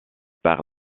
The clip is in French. par